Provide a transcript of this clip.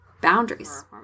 boundaries